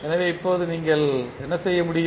எனவே இப்போது நீங்கள் என்ன செய்ய முடியும்